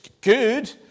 good